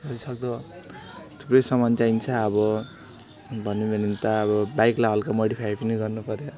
जति सक्दो ठुलै सामान चाहिन्छ अब भनौँ भने त अब बाइकलाई हलका मोडिफाई पनि गर्नु पऱ्यो